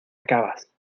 acabas